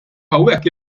hawnhekk